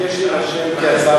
אני מבקש להירשם כהצעה